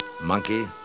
monkey